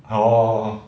orh